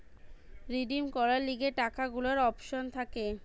redeem করার লিগে টাকা গুলার অপশন থাকে